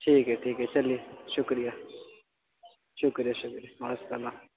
ٹھیک ہے ٹھیک ہے چلیے شکریہ شکریہ شکریہ وعلیکم السلام